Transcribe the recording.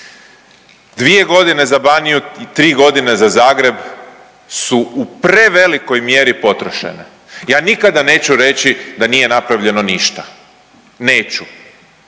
2 godine za Baniju i 3 godine za Zagreb su u prevelikoj mjeri potrošene. Ja nikada neću reći da nije napravljeno ništa, neću,